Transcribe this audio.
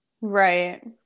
Right